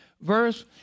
verse